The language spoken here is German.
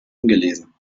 ungelesen